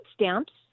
stamps